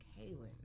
Kaylin